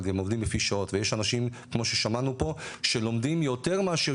אבל הם עובדים לפי שעות ויש אנשים כמו ששמענו פה שלומדים יותר מאשר